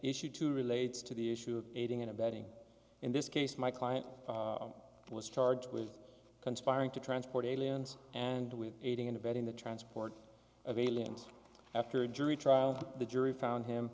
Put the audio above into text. issue two relates to the issue of aiding and abetting in this case my client was charged with conspiring to transport aliens and with aiding and abetting the transport of aliens after a jury trial the jury found him